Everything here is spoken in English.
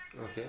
Okay